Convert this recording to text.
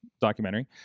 documentary